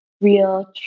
real